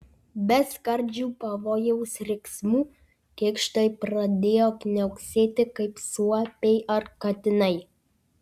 be skardžių pavojaus riksmų kėkštai pradėjo kniauksėti kaip suopiai ar katinai